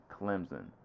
Clemson